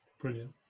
brilliant